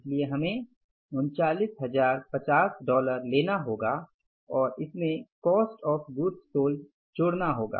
इसलिए हमें 39050 डॉलर लेना होगा और इसमें कॉस्ट ऑफ गुड्स सोल्ड जोड़ना होगा